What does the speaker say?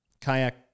kayak